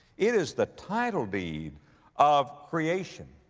it is the title deed of creation.